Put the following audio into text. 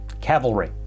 cavalry